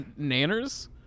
Nanners